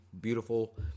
beautiful